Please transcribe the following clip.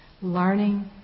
learning